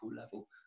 level